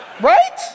Right